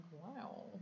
wow